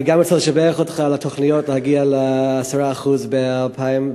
אני גם רוצה לשבח אותך על התוכניות להגיע ל-10% ב-2020.